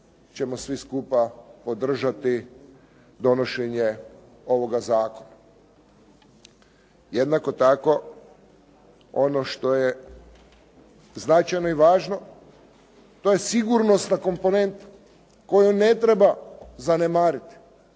ćemo svi skupa podržati donošenje ovoga zakona. Jednako tako ono što je značajno i važno to je sigurnosna komponenta koju ne treba zanemariti.